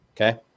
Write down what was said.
Okay